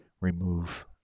remove